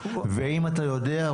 והאם אתה יודע,